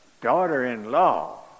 daughter-in-law